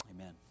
Amen